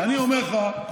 אני אומר לך,